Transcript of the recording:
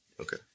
Okay